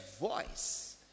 voice